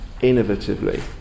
innovatively